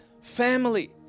family